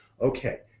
okay